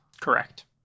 correct